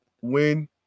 win